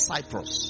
Cyprus